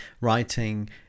writing